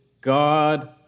God